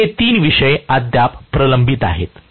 तर हे 3 विषय अद्याप प्रलंबित आहेत